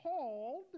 called